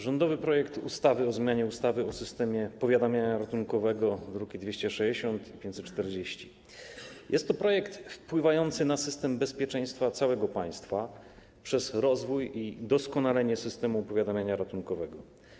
Rządowy projekt ustawy o zmianie ustawy o systemie powiadamiania ratunkowego, druki nr 260 i 540, jest projektem wpływającym na system bezpieczeństwa całego państwa przez rozwój i doskonalenie systemu powiadamiania ratunkowego.